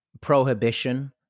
prohibition